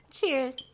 Cheers